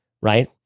Right